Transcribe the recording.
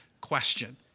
question